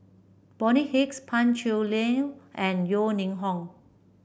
Bonny Hicks Pan Cheng Lui and Yeo Ning Hong